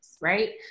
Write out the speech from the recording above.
right